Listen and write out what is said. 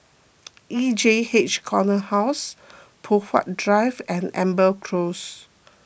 E J H Corner House Poh Huat Drive and Amber Close